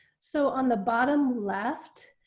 so on the bottom left,